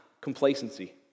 complacency